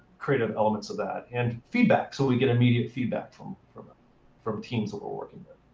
creative elements of that. and feedback so we get immediate feedback from from ah from teams that we're working with.